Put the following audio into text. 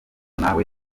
nawe